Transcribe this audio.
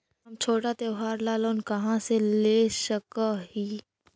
हम छोटा त्योहार ला लोन कहाँ से ले सक ही?